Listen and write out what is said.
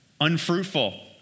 unfruitful